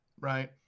right